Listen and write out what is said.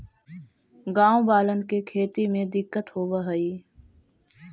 गाँव वालन के खेती में दिक्कत होवऽ हई